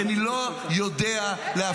כי אני לא יודע להפסיד.